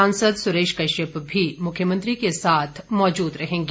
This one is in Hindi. सांसद सुरेश कश्यप भी मुख्यमंत्री के साथ मौजूद रहेंगे